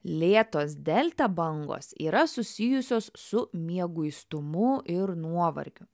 lėtos delta bangos yra susijusios su mieguistumu ir nuovargiu